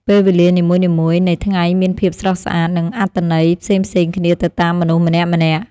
ពេលវេលានីមួយៗនៃថ្ងៃមានភាពស្រស់ស្អាត និងអត្ថន័យផ្សេងៗគ្នាទៅតាមមនុស្សម្នាក់ៗ។